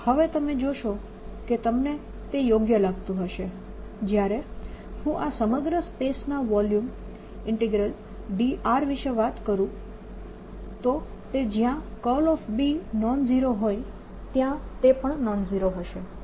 હવે તમે જોશો કે તમને તે યોગ્ય લાગતું હશે જ્યારે હું આ સમગ્ર સ્પેસના વોલ્યુમ ઈન્ટીગ્રલ dr વિશે વાત કરું તો તે જયાં B નોન ઝીરો હોય ત્યાં તે નોન ઝીરો હશે